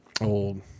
old